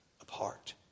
apart